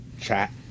chat